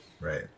Right